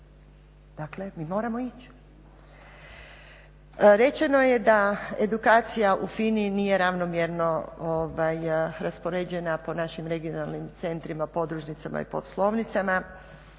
Dakle mi moramo ići.